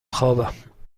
خوابم